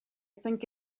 think